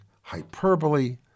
hyperbole